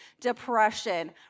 depression